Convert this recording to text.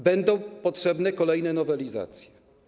Będą potrzebne kolejne nowelizacje.